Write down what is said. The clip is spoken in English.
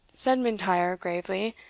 said m'intyre, gravely,